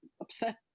upset